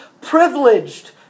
privileged